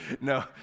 No